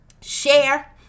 share